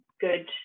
good